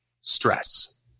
stress